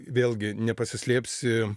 vėlgi nepasislėpsi